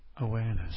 awareness